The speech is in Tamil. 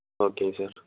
ஓகேங்க சார்